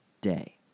Day